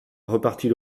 repartit